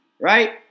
Right